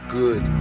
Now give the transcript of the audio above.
good